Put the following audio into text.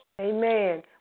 Amen